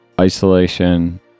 isolation